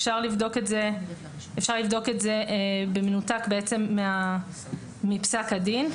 אפשר לבדוק את זה במנותק מפסק הדין.